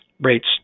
rates